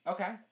Okay